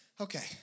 Okay